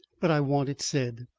but i want it said.